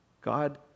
God